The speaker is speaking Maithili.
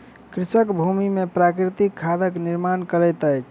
कृषक भूमि में प्राकृतिक खादक निर्माण करैत अछि